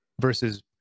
versus